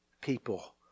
people